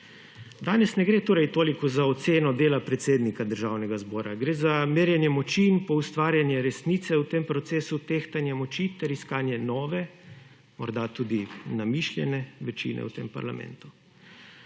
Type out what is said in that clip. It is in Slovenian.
Danes ne gre torej toliko za oceno dela predsednika Državnega zbora, gre za merjenje moči in poustvarjanje resnice v tem procesu tehtanja moči ter iskanje nove, morda tudi namišljene večine v tem parlamentu.